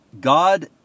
God